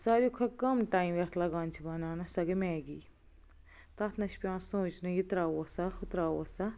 ساروٕے کھۄتہٕ کم ٹایم یتھ لگان چھِ بناونس سۄ گٔے میگی تتھ نہ چھِ پیٚوان سونٛچنُے یہ تراوو سا ہُہ تراوو سا